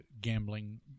gambling